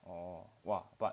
oh !wah! but